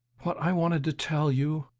what i wanted to tell you?